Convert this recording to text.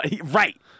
Right